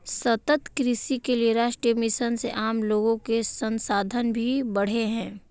सतत कृषि के लिए राष्ट्रीय मिशन से आम लोगो के संसाधन भी बढ़े है